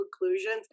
conclusions